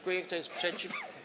Kto jest przeciw?